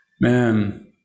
man